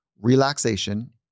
relaxation